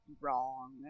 wrong